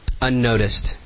unnoticed